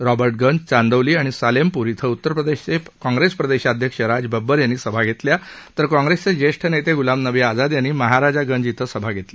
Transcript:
रॉबर्टगंज चांदौली आणि सालेमपूर क्रं उत्तरप्रदेशचे काँग्रेस प्रदेशाध्यक्ष राज बब्बर यांनी सभा घेतल्या तर काँग्रेसचे ज्येष्ठ नेते गुलाम नबी आझाद यांनी महाराजा गंज धिं सभा घेतली